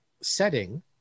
setting